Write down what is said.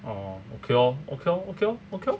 orh okay lor okay lor okay lor